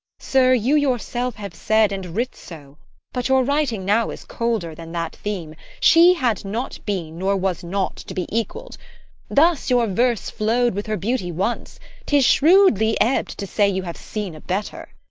sir, you yourself have said and writ so but your writing now is colder than that theme she had not been, nor was not to be equall'd' thus your verse flow'd with her beauty once tis shrewdly ebb'd, to say you have seen a better.